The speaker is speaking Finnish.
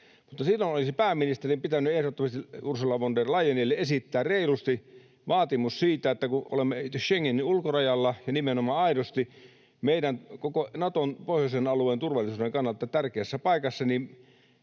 — silloin olisi pääministerin pitänyt ehdottomasti Ursula von der Leyenille esittää reilusti vaatimus siitä, että kun olemme Schengenin ulkorajalla ja nimenomaan aidosti meidän koko Naton pohjoisen alueen turvallisuuden kannalta tärkeässä paikassa, niin